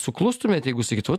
suklustumėt jeigu sakytų vat